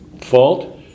fault